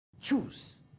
Choose